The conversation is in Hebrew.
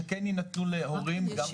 שכן יינתנו להורים גם בסיטואציה הזאת.